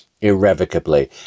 irrevocably